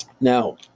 Now